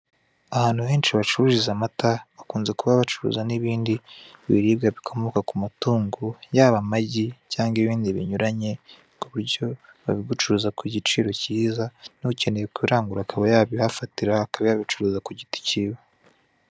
Ahantu henshi bacuriza amata bakunze kuba bacuruza n'ibindi biribwa bikomoka ku matungo yaba amagi cyangwa ibindi binyuranye ku buryo babigucuruza ku giciro kiza n'ukeneye kurangura akaba yabihafatira akaba yabicuruza ku giti kiwe.